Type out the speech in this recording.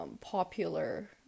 popular